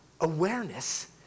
awareness